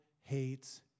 hates